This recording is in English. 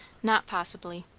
not possibly.